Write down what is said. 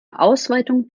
ausweitung